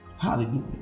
Hallelujah